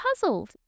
puzzled